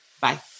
Bye